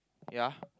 ya